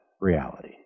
reality